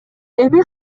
эми